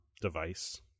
device